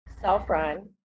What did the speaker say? self-run